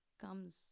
comes